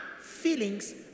feelings